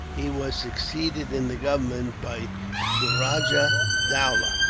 he was succeeded in the government by suraja dowlah,